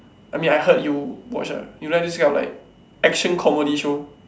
I mean I heard you watch ah you like this kind of like action comedy show